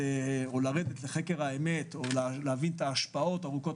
לרדת לחקר האמת או להבין את ההשפעות ארוכות